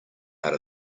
out